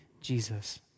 Jesus